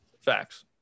Facts